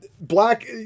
Black